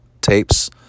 tapes